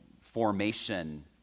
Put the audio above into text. formation